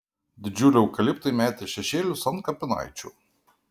didžiuliai eukaliptai metė šešėlius ant kapinaičių